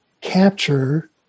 capture